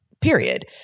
period